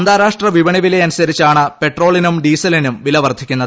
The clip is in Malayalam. അന്താരാഷ്ട്ര വിപണി വിലയനുക്ക്രിച്ചാണ് പെട്രോളിനും ഡീസലിനും വിലവർദ്ധിക്കുന്നത്